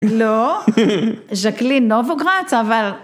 ‫לא, ז'קלי נובוגרץ, אבל...